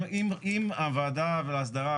אם הוועדה וההסדרה,